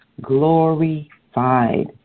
glorified